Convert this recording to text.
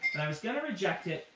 and i was going to reject it,